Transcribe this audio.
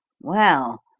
well,